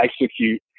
execute